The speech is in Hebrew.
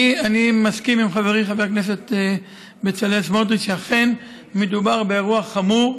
אני מסכים עם חברי חבר הכנסת בצלאל סמוטריץ שאכן מדובר באירוע חמור.